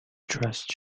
trust